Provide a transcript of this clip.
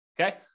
Okay